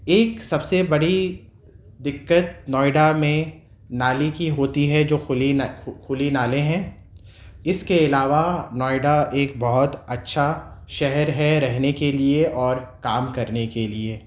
ایک سب سے بڑی دقت نوئیڈا میں نالی کی ہوتی ہے جو کھلی کھلی نالے ہیں اس کے علاوہ نوئیڈا ایک بہت اچھا شہر ہے رہنے کے لیے اور کام کرنے کے لیے